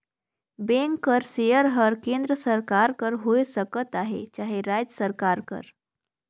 bank कर share हर केन्द्र सरकार कर होए सकत अहे चहे राएज सरकार कर